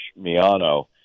Miano